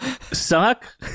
suck